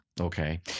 okay